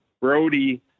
Brody